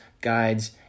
guides